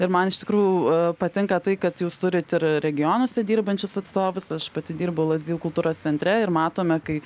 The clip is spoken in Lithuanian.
ir man iš tikrų a patinka tai kad jūs turit ir regionuose dirbančius atstovus aš pati dirbau lazdijų kultūros centre ir matome kai